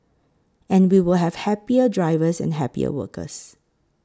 and we will have happier drivers and happier workers